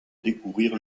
découvrir